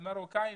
מרוקאים,